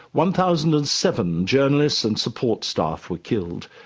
one thousand and seven journalists and support staff were killed.